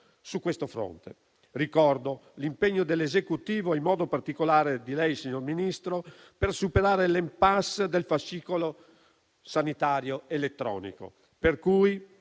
su questo fronte. Ricordo l'impegno dell'Esecutivo e in modo particolare il suo, signor Ministro, per superare l'*impasse* del fascicolo sanitario elettronico,